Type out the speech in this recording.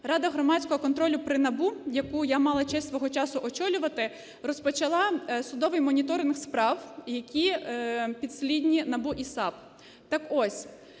Рада громадського контролю при НАБУ, яку я мала честь свого часу очолювати, розпочала судовий моніторинг справ, які підслідні НАБУ і САП.